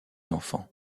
l’enfant